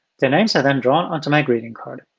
their names are then drawn onto my greeting card.